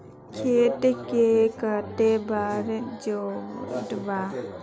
खेत के कते बार जोतबे?